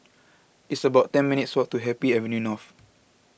it's about ten minutes' walk to Happy Avenue North